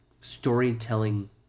storytelling